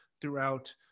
throughout